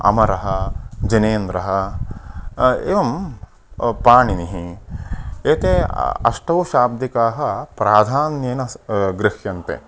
अमरः जनेन्द्रः एवं पाणिनिः एते अष्टौ शाब्दिकाः प्राधान्येन स गृह्यन्ते